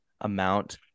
amount